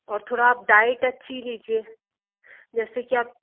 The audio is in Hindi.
और थोड़ा आप डाइट अच्छी लीजिए जैसे कि आप